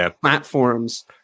platforms